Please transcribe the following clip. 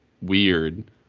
weird